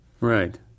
Right